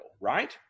right